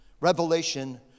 Revelation